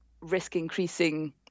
risk-increasing